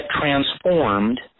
transformed